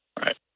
Right